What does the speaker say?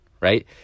right